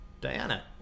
Diana